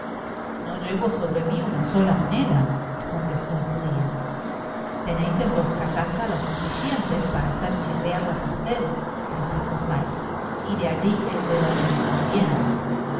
no llevo sobre mi una sola moneda contestó el judio teneis en vuestra casa las suficientes para hacer chirriar la sarten replicó sikes y de alli es de donde me convienen